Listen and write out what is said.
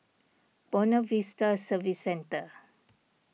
Buona Vista Service Centre